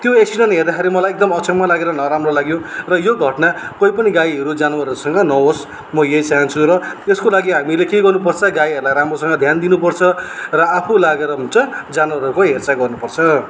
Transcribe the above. त्यो एक्सिडेन्ट हेर्दाखेरि मलाई एकदम अचम्म लागेर नराम्रो लाग्यो र यो घटना कोही पनि गाईहरू जनावरहरूसँग नहोस् म यही चाहन्छु र यसको लागि हामीले के गर्नुपर्छ गाईहरूलाई राम्रोसँग ध्यान दिनुपर्छ र आफू लागेर हुन्छ जानवरहरूको हेरचाह गर्नुपर्छ